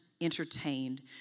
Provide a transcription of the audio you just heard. entertained